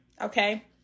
okay